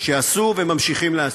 שעשו וממשיכים לעשות,